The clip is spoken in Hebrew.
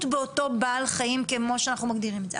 באותו בעל חיים כמו שאנחנו מגדירים את זה.